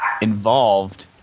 involved